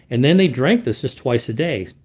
and then they drank this just twice a day,